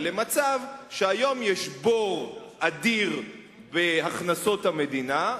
למצב שבו היום יש בור אדיר בהכנסות המדינה,